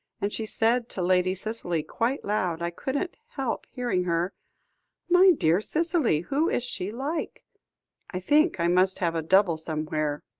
and she said to lady cicely quite loud, i couldn't help hearing her my dear cicely, who is she like i think i must have a double somewhere.